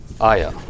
Aya